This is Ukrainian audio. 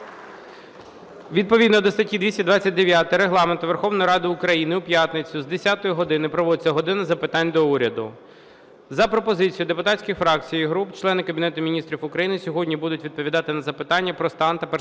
Відповідно до статті 229 Регламенту Верховної Ради України у п'ятницю з 10 години проводиться "година запитань до Уряду". За пропозицією депутатських фракцій і груп члени Кабінету Міністрів України сьогодні будуть відповідати на запитання про стан та перспективи